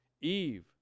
Eve